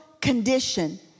condition